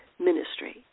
ministry